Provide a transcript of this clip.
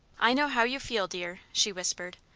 i know how you feel, dear, she whispered.